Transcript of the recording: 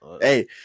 Hey